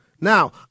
Now